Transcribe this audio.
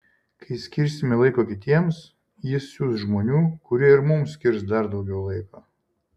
kai skirsime laiko kitiems jis siųs žmonių kurie ir mums skirs dar daugiau laiko